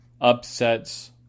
upsets